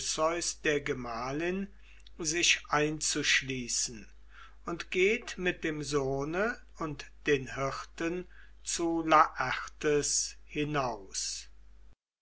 der gemahlin sich einzuschließen und geht mit dem sohn und den hirten zu laertes hinaus